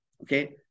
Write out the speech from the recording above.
Okay